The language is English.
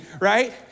right